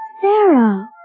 Sarah